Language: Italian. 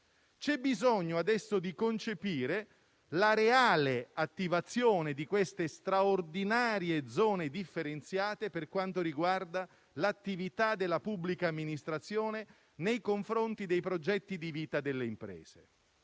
C'è bisogno adesso di concepire la reale attivazione di queste straordinarie zone differenziate per quanto riguarda l'attività della pubblica amministrazione nei confronti dei progetti di vita delle imprese.